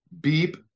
beep